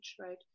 right